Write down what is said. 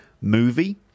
movie